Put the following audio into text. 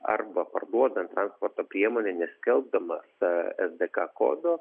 arba parduodant transporto priemonę neskelbdamas es dė ka kodo